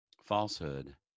Falsehood